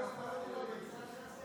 חבריי חברי הכנסת,